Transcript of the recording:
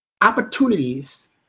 opportunities